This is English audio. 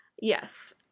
yes